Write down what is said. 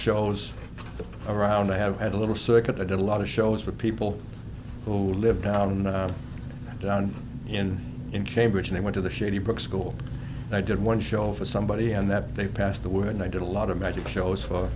shows around i have had a little circuit i did a lot of shows for people who live down down in cambridge and i went to the shady brook school and i did one show for somebody and that they passed the word and i did a lot of magic shows for